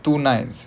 two nights